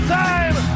time